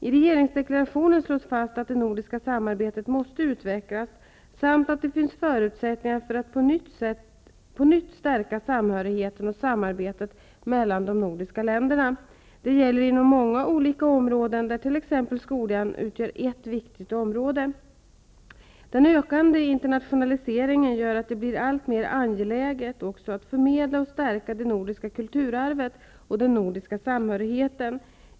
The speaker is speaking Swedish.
I regeringsdeklarationen slås det fast att det nor diska samarbetet måste utvecklas samt att det finns förutsättningar för att på nytt stärka samhö righeten och samarbetet mellan de nordiska län derna. Detta gäller inom många olika områden, där t.ex. skolan utgör ett viktigt område. Den ökande internationaliseringen gör att det blir alltmer angeläget att förmedla och stärka det nor diska kulturarvet och den nordiska samhörighe ten.